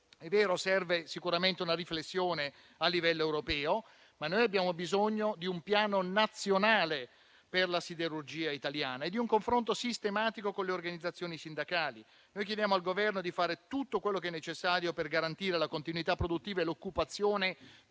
È vero che serve sicuramente una riflessione a livello europeo, ma noi abbiamo bisogno di un piano nazionale per la siderurgia italiana e di un confronto sistematico con le organizzazioni sindacali. Chiediamo al Governo di fare tutto quello che è necessario per garantire la continuità produttiva e l'occupazione